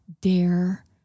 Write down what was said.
dare